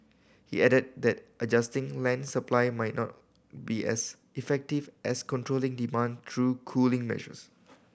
he added that adjusting land supply might not be as effective as controlling demand through cooling measures